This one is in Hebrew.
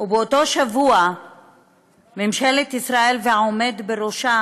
ובאותו שבוע ממשלת ישראל והעומד בראשה